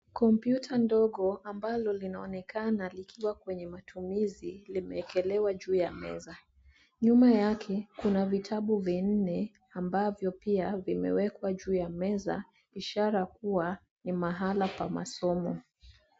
Kompyuta ndogo ambalo linaonekana likiwa kwenye matumizi, limeekelewa juu ya meza. Nyuma yake kuna vitabu vinne, ambavyo pia vimewekwa juu ya meza, ishara kua ni mahala pa masomo.